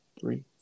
three